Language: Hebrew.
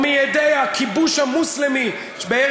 אתה עכשיו מותח ביקורת על בית-המשפט?